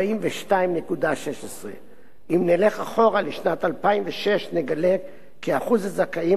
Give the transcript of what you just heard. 42.16%. אם נלך אחורה לשנת 2006 נגלה כי אחוז הזכאים